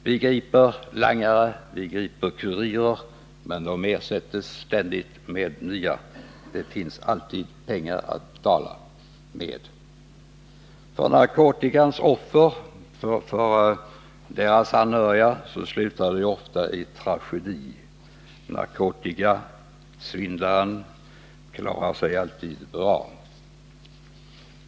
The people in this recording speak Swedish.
Vi griper langare, och vi griper kurirer, men de ersätts ständigt med nya — det finns alltid pengar att betala med. För narkotikans offer och deras anhöriga slutar det ofta i en tragedi. Narkotikasvindlaren klarar sig alltid bra.